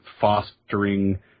fostering